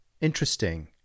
interesting